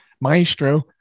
maestro